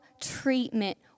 treatment